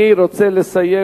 אני רוצה לסיים.